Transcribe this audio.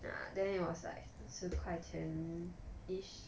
ya then it was like 十块钱 each